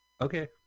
Okay